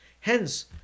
Hence